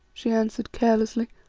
she answered carelessly.